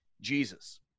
Jesus